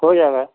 हो जाएगा